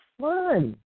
fun